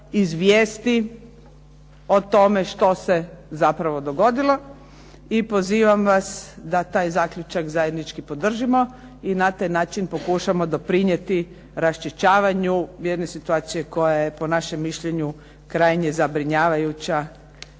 izjesti o tome što se zapravo dogodilo i pozivam vas da taj zaključak zajednički podržimo i na taj način pokušamo doprinijeti raščišćavanju jedne situacije koja je po našem mišljenju krajnje zabrinjavajuća,